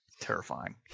Terrifying